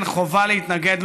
שגם ככה הוא,